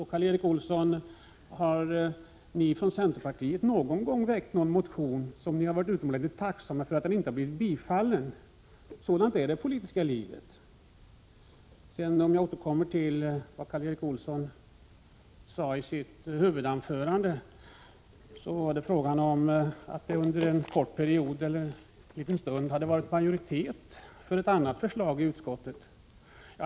Har ni i centerpartiet, Karl Erik Olsson, någon gång väckt en motion och varit utomordentligt tacksamma för att den inte har bifallits? Sådant kan det politiska livet vara. Karl Erik Olsson sade i sitt huvudanförande att det i utskottet en stund fanns majoritet för ett annat förslag.